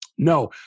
No